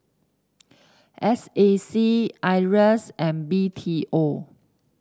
S A C Iras and B T O